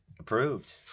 approved